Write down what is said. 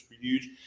huge